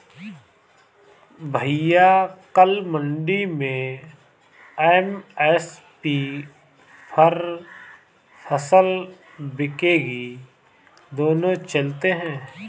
भैया कल मंडी में एम.एस.पी पर फसल बिकेगी दोनों चलते हैं